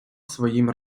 своїм